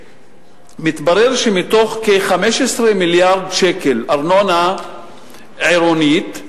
מתברר שמתוך כ-15 מיליארד שקל ארנונה עירונית,